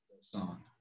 song